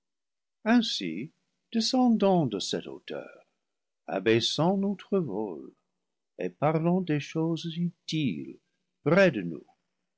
ainsi descendons de cette hauteur abais sons notre vol et parlons des choses utiles près de nous